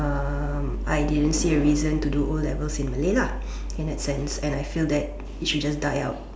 um I didn't see a reason to do O-levels in Malay lah in that sense and I feel that it should just die out